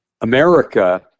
America